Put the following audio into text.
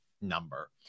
number